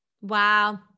Wow